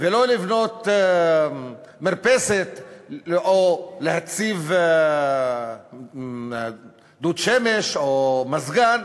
ולא לבנות מרפסת או להציב דוד שמש או מזגן,